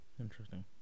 interesting